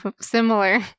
similar